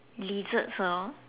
uh lizards lor